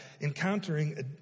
encountering